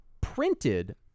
printed